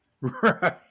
Right